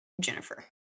jennifer